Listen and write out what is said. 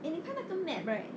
eh 你看那个 map right